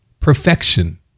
perfection